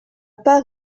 pas